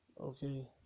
okay